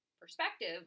perspective